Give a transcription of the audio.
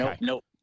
nope